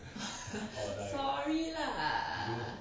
sorry lah